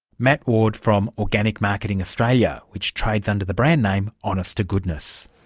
matt ward, from organic marketing australia which trades under the brand name honest to goodness.